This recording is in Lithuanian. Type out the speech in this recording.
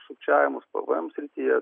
sukčiavimus pvm srityje